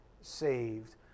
saved